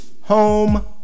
home